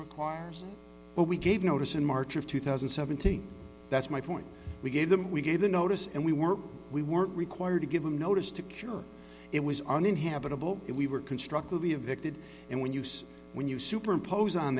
requires but we gave notice in march of two thousand and seventeen that's my point we gave them we gave the notice and we were we weren't required to give them notice to cure it was uninhabitable if we were constructively a victim and when use when you superimpose on